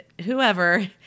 whoever